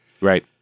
Right